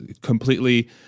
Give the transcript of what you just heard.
completely